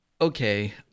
okay